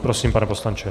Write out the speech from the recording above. Prosím, pane poslanče.